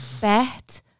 bet